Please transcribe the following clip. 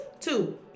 Two